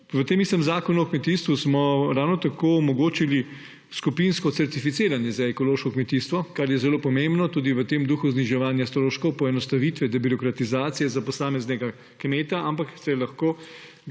V tem istem Zakonu o kmetijstvu smo ravno tako omogočili skupinsko certificiranje za ekološko kmetijstvo, kar je zelo pomembno tudi v tem duhu zniževanja stroškov, poenostavitve, debirokratizacije za posameznega kmeta, ampak lahko